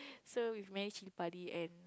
serve with many chilli padi and